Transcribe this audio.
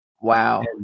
wow